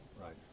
Right